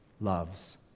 Loves